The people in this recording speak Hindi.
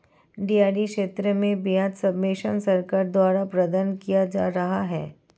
डेयरी क्षेत्र में ब्याज सब्वेंशन सरकार द्वारा प्रदान किया जा रहा है